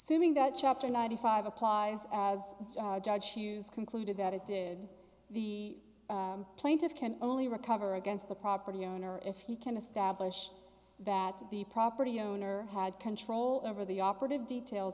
simming that chapter ninety five applies as judge shoes concluded that it did the plaintiff can only recover against the property owner if he can establish that the property owner had control over the operative details